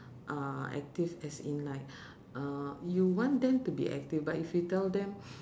uh active as in like uh you want them to be active but if you tell them